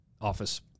Office